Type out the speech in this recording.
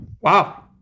Wow